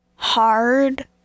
Hard